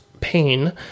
pain